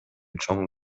чоң